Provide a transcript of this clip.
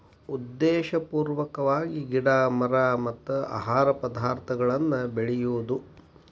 ಉದ್ದೇಶಪೂರ್ವಕವಾಗಿ ಗಿಡಾ ಮರಾ ಮತ್ತ ಆಹಾರ ಪದಾರ್ಥಗಳನ್ನ ಬೆಳಿಯುದು